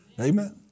Amen